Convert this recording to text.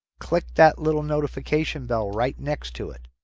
click that little notification bell right next to it.